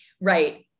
Right